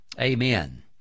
Amen